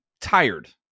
tired